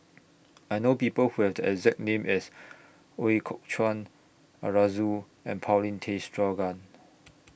I know People Who Have The exact name as Ooi Kok Chuen Arasu and Paulin Tay Straughan